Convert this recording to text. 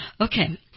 Okay